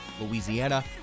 Louisiana